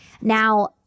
Now